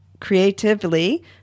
creatively